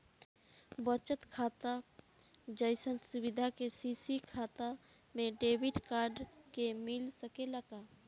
बचत खाता जइसन सुविधा के.सी.सी खाता में डेबिट कार्ड के मिल सकेला का?